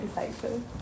excited